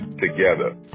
together